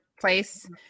place